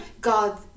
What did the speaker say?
God